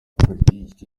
politiki